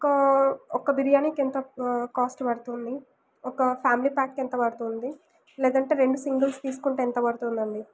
ఒక్క ఒక్క బిర్యాని ఎంత కాస్ట్ పడుతుంది ఒక ఫ్యామిలీ ప్యాక్కి ఎంత పడుతుంది లేదంటే రెండు సింగిల్స్ తీసుకుంటే ఎంత పడుతుంది అండి